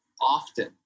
often